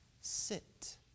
Sit